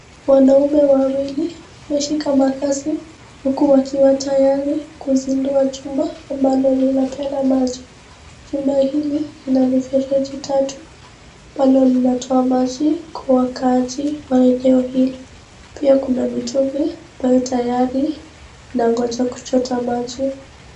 Wanaume wawili wameshika makasi huku waakiwa tayari, kuzindua chumba ambalo linapeana maji, chumba hili lina mifereji tatu, ambalo linatoa maji kwa wakaaji wa eneo hili, pia kuna mitungi ambayo tayari inangoja kuchota maji.